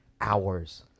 hours